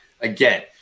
again